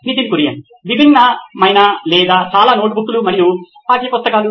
Nitin Kurian COO నోయిన్ electronics విభిన్నమైన లేదా చాలా నోట్బుక్లు మరియు పాఠ్యపుస్తకాలు